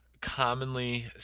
commonly